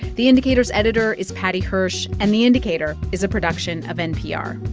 the indicator's editor is paddy hirsch. and the indicator is a production of npr